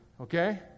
Okay